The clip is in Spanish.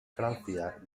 francia